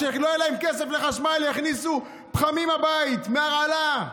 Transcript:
לא היה להם כסף לחשמל, הכניסו פחמים הביתה, הרעלה.